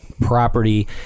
property